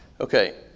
okay